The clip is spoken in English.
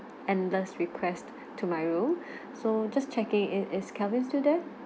endless request to my room so just checking is is kelvin today